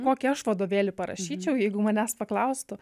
kokį aš vadovėlį parašyčiau jeigu manęs paklaustų